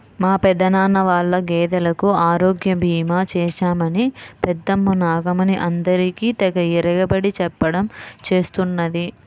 మా పెదనాన్న వాళ్ళ గేదెలకు ఆరోగ్య భీమా చేశామని పెద్దమ్మ నాగమణి అందరికీ తెగ ఇరగబడి చెప్పడం చేస్తున్నది